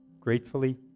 gratefully